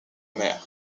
mer